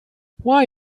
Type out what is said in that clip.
why